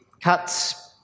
cuts